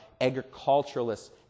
agriculturalists